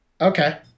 okay